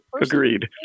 Agreed